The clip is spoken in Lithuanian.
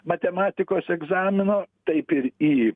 matematikos egzamino taip ir į